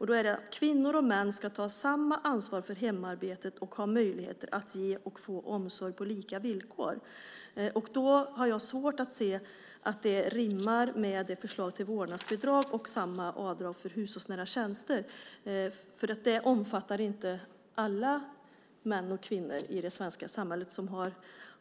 Det står att kvinnor och män ska ta samma ansvar för hemarbetet och ha möjligheter att ge och få omsorg på lika villkor. Jag har svårt att se att det rimmar med förslaget till vårdnadsbidrag och avdrag för hushållsnära tjänster. Alla män och kvinnor i det svenska samhället